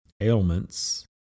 ailments